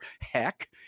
heck